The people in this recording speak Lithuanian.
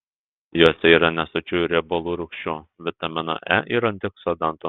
juose yra nesočiųjų riebalų rūgščių vitamino e ir antioksidantų